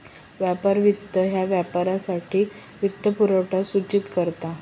व्यापार वित्त ह्या व्यापारासाठी वित्तपुरवठा सूचित करता